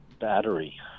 battery